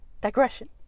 Digression